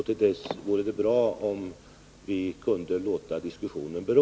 Till dess vore det bra om vi kunde låta diskussionen bero.